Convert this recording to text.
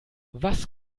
was